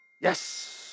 Yes